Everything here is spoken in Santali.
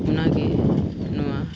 ᱚᱱᱟᱜᱮ ᱱᱚᱣᱟ